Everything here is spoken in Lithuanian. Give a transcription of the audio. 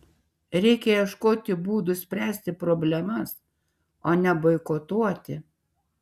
reikia ieškoti būdų spręsti problemas o ne boikotuoti